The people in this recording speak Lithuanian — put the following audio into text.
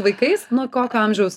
vaikais nuo kokio amžiaus